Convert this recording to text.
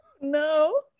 No